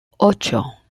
ocho